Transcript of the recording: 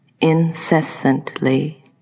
incessantly